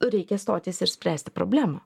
reikia stotis ir spręsti problemą